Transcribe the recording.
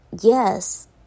yes